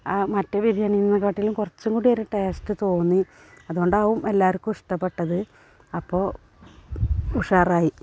മറ്റേ ബിരിയാണീനേക്കാട്ടിലും കുറച്ചുംകൂടി ഒരു ടേസ്റ്റ് തോന്നി അതുകൊണ്ടാവും എല്ലാവർക്കും ഇഷ്ടപ്പെട്ടത് അപ്പോൾ ഉഷാറായി